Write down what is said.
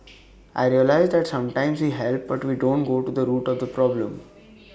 I realised that sometimes we help but we don't go to the root of the problem